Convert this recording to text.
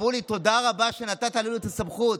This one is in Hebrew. אמרו לי: תודה רבה שנתת לנו את הסמכות.